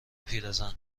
پیرزن